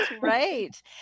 right